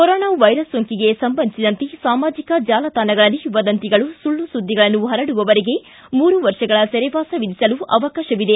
corona virus ಸೋಂಕಿಗೆ ಸಂಬಂಧಿಸಿದಂತೆ ಸಾಮಾಜಿಕ ಜಾಲತಾಣಗಳಲ್ಲಿ ವದಂತಿಗಳು ಸುಳ್ಳು ಸುದ್ದಿಗಳನ್ನು ಪರಡುವವರಿಗೆ ಮೂರು ವ ಗಳ ಸೆರೆವಾಸ ವಿಧಿಸಲು ಅವಕಾಶವಿದೆ